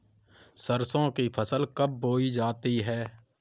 सरसों की फसल कब बोई जाती है?